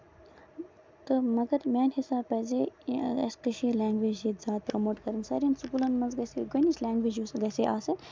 تہٕ مَگر میانہِ حِسابہٕ پَزے اَسہِ کٔشیٖر لینگویج ییٚتہِ زیادٕ پراموٹ کَرٕنۍ ساروین سکوٗلن منٛز پَزِہے اَسہِ کُنِچ لینگویج یُس گژھہے آسٕںۍ